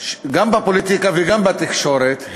גם בפוליטיקה וגם בתקשורת,